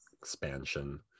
expansion